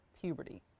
puberty